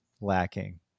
lacking